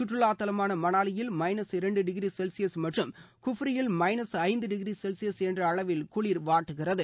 சுற்றுலாதளமான மணாலியில் மைனஸ் இரண்டு degree Celsius மற்றும் குப்ரியில் மைனஸ் ஐந்து டிகிரி செல்சியஸ் என்ற அளவில் குளிர் வாட்டுகிறது